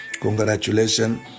Congratulations